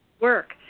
work